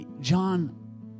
John